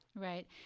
Right